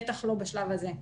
בטח לא בשלב הזה.